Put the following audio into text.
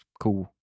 cool